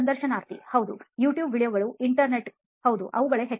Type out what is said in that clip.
ಸಂದರ್ಶನಾರ್ಥಿ ಹೌದು ಯೂಟ್ಯೂಬ್ ವೀಡಿಯೊಗಳು ಇಂಟರ್ನೆಟ್ ಹೌದು ಹೆಚ್ಚಾಗಿ ಅವುಗಳೇ